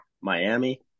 miami